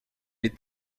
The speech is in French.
est